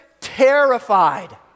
Terrified